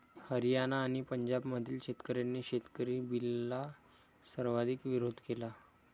हरियाणा आणि पंजाबमधील शेतकऱ्यांनी शेतकरी बिलला सर्वाधिक विरोध केला